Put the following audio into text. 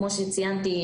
כמו שציינתי,